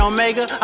Omega